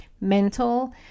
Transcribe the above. mental